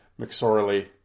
McSorley